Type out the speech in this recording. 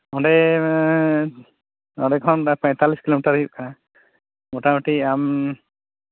ᱚᱸᱰᱮ ᱟᱞᱮ ᱠᱷᱚᱱ ᱫᱚ ᱯᱚᱸᱭᱛᱟᱞᱞᱤᱥ ᱠᱤᱞᱳᱢᱤᱴᱟᱨ ᱦᱩᱭᱩᱜ ᱠᱟᱱᱟ ᱢᱳᱴᱟᱢᱩᱴᱤ ᱟᱢ